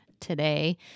today